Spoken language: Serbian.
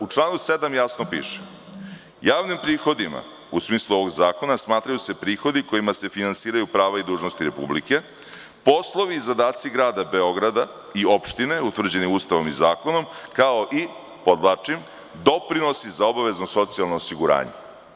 U članu 7. jasno piše – javnim prihodima u smislu ovog zakona smatraju se prihodi kojima se finansiraju prava i dužnosti Republike, poslovi i zadaci Grada Beograda i opštine, utvrđeni Ustavom i zakonom, kao i, podvlačim, doprinosi za obavezno socijalno osiguranje.